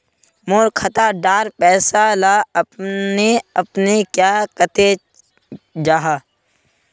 मोर खाता डार पैसा ला अपने अपने क्याँ कते जहा?